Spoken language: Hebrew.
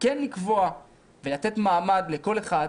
וכן לקבוע ולתת מעמד לכל אחד.